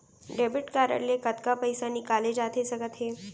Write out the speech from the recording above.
Debit card ले कतका पइसा निकाले जाथे सकत हे?